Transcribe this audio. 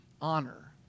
honor